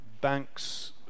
banks